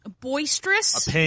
boisterous